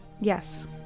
Yes